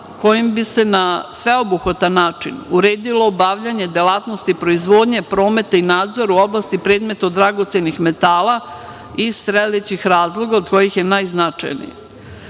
kojim bi se na sveobuhvatan način uredilo obavljanje delatnosti proizvodnje, prometa i nadzora u oblasti predmeta od dragocenih metala iz sledećih razloga od kojih je najznačajnije